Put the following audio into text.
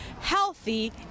healthy